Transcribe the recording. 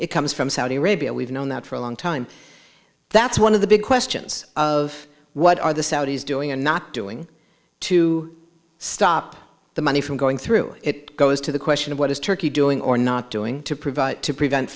it comes from saudi arabia we've known that for a long time that's one of the big questions of what are the saudis doing and not doing to stop the money from going through it goes to the question of what is turkey doing or not doing to provide to prevent